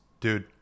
dude